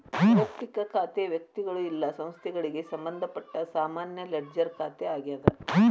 ವಯಕ್ತಿಕ ಖಾತೆ ವ್ಯಕ್ತಿಗಳು ಇಲ್ಲಾ ಸಂಸ್ಥೆಗಳಿಗೆ ಸಂಬಂಧಪಟ್ಟ ಸಾಮಾನ್ಯ ಲೆಡ್ಜರ್ ಖಾತೆ ಆಗ್ಯಾದ